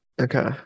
Okay